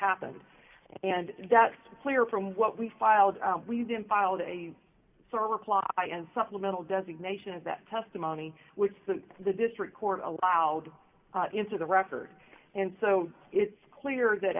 happened and that's clear from what we filed we didn't filed a reply and supplemental designation of that testimony which the the district court allowed into the record and so it's clear that